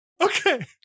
Okay